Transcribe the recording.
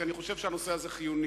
כי אני חושב שהנושא הזה הוא חיוני,